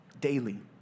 daily